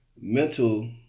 mental